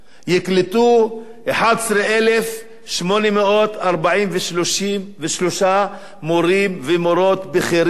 יקלטו 11,384 מורים ומורות בכירים,